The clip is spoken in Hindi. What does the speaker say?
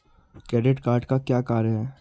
क्रेडिट कार्ड का क्या कार्य है?